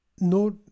no